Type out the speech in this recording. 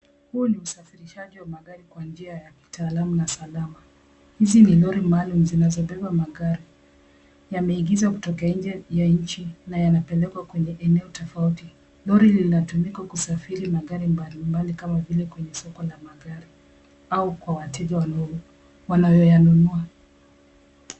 Huu ni usafirishaji wa magari kwa njia ya kitaalamu na salama. Hizi ni lori maalum zinazobeba magari yameigizwa kutoka inje ya nchi na yanapelekwa katika eneo tofauti. Lori linatumika kusafiri magari mbalimbali kama vile kwenye soko la magari au kwa wateja wanayoyanunua.